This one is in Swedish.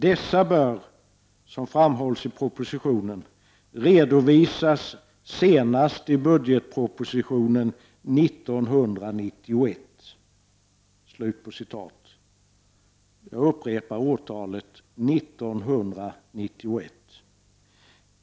Dessa bör, som framhålls i propositionen, redovisas senast i budgetpropositionen 1991.” Jag upprepar årtalet: 1991!